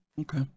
Okay